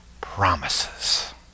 promises